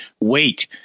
wait